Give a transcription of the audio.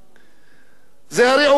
זה הרי עובד, עובד טוב.